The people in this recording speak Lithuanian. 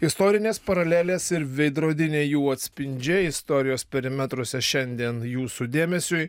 istorinės paralelės ir veidrodiniai jų atspindžiai istorijos perimetruose šiandien jūsų dėmesiui